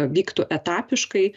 vyktų etapiškai